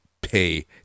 pay